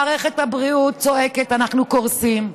מערכת הבריאות צועקת: אנחנו קורסים,